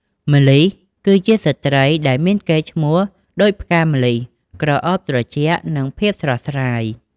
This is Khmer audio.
ម្លិះ គឺជាស្ត្រីដែលមានកេរ្តិ៍ឈ្មោះដូចផ្កាម្លិះ ក្រអូបត្រជាក់ និងភាពស្រស់ស្រាយ។